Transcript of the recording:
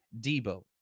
Debo